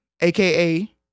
AKA